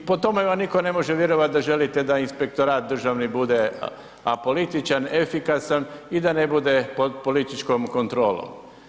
I po tome vam nitko ne može vjerovati da želite da inspektorat Državni bude apolitičan, efikasan i da ne bude pod političkom kontrolom.